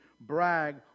brag